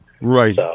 Right